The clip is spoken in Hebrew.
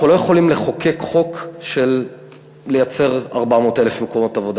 אנחנו לא יכולים לחוקק חוק לייצר 400,000 מקומות עבודה.